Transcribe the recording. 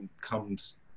comes